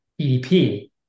EDP